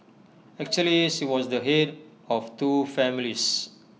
actually she was the Head of two families